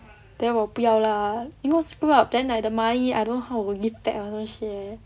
then 我不要 lah you know screw up then like the money I don't know how to or some shit